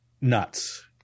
nuts